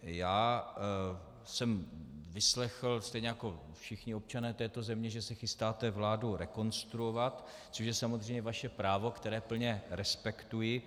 Já jsem vyslechl, stejně jako všichni občané této země, že se chystáte vládu rekonstruovat, což je samozřejmě vaše právo, které plně respektuji.